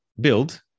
build